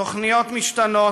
תוכניות משתנות,